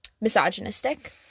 misogynistic